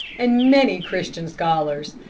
and many christian scholars.